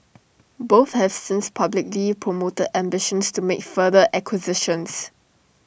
both have since publicly promoted ambitions to make further acquisitions